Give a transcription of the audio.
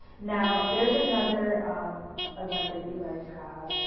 now there's another event that you guys have.